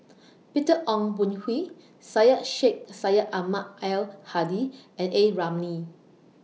Peter Ong Boon Kwee Syed Sheikh Syed Ahmad Al Hadi and A Ramli